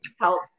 help